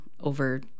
over